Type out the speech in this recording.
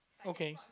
okay